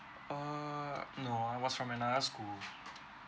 err no I was from another school